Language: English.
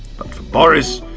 but for boris,